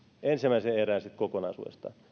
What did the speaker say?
ensimmäiseen erään siitä kokonaisuudesta